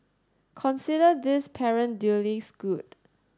consider this parent duly schooled